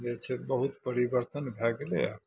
जे छै बहुत परिवर्तन भए गेलैया